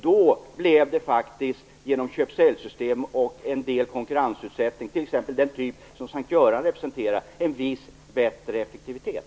Då blev det genom köp-sälj-system och en del konkurrensutsättning, t.ex. av den typ som S:t Göran representerar, en viss bättre effektivitet.